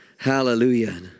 Hallelujah